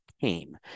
came